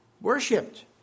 worshipped